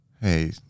hey